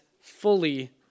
fully